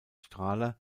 strahler